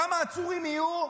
כמה עצורים יהיו?